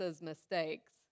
mistakes